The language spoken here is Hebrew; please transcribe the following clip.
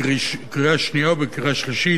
לקריאה שנייה ולקריאה שלישית.